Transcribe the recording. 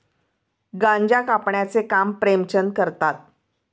गांजा कापण्याचे काम प्रेमचंद करतात